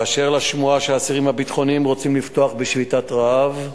באשר לשמועה שהאסירים הביטחוניים רוצים לפתוח בשביתת רעב,